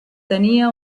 tenia